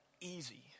easy